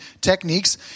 techniques